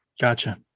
Gotcha